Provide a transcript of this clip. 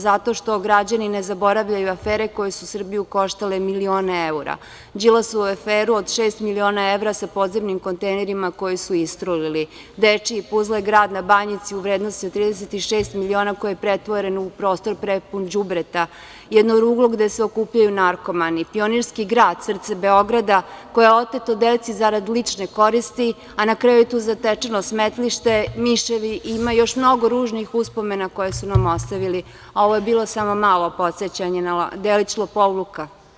Zato što građani ne zaboravljaju afere koje su Srbiju koštale milion evra, Đilasovu aferu od šest miliona evra sa podzemnim kontejnerima koji su istrulili, dečiji „Puzle grad“ na Banjici u vrednosti sa 36 miliona koji je pretvoren u prostor prepun đubreta, jedno ruglo gde se okupljaju narkomani, Pionirski grad „Srce Beograda“, koje je oteto deci zarad lične koristi, a na kraju tu je zatečeno smetlište, miševi, ima još mnogo ružnih uspomena koja su nam ostavili, a ovo je bilo samo malo podsećanje na delić lopovluka.